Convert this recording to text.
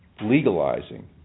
legalizing